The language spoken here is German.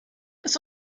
das